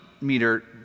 meter